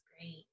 Great